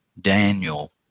Daniel